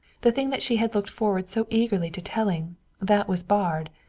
the thing that she had looked forward so eagerly to telling that was barred.